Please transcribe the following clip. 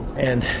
and